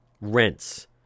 rents